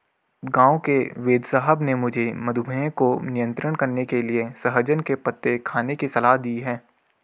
गांव के वेदसाहब ने मुझे मधुमेह को नियंत्रण करने के लिए सहजन के पत्ते खाने की सलाह दी है